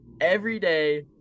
everyday